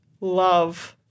love